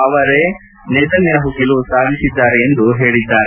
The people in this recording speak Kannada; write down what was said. ಅವರೇ ನೇತನ್ಯಾಮ ಗೆಲುವು ಸಾಧಿಸಿದ್ದಾರೆ ಎಂದು ಹೇಳಿದ್ದಾರೆ